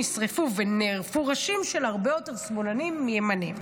נשרפו ונערפו ראשים של הרבה יותר שמאלנים מימנים.